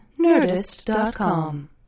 Nerdist.com